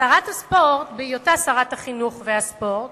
שרת הספורט, בהיותה שרת החינוך והספורט,